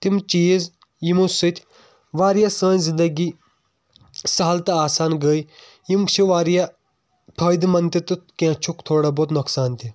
تِم چیٖز یِمو سۭتۍ واریاہ سٲنۍ زنٛدگی سہل تہٕ آسان گے یِم چھِ واریاہ فٲیِدٕ منٛد تہِ تہٕ کیٚنٛہہ چھُکھ تھوڑا بہت نۄقصان تہِ